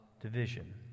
division